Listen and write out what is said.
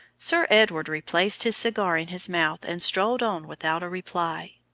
sir edward replaced his cigar in his mouth and strolled on without a reply.